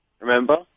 Remember